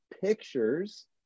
pictures